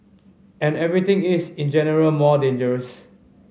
and everything is in general more dangerous